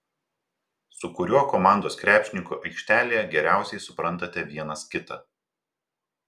su kuriuo komandos krepšininku aikštelėje geriausiai suprantate vienas kitą